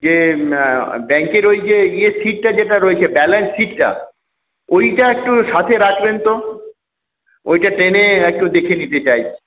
যে ব্যাঙ্কের ঐ যে ইয়ে শিটটা যেটা রয়েছে ব্যালেন্স শিটটা ঐটা একটু সাথে রাখবেন তো ওটা ট্রেনে একটু দেখে নিতে চাই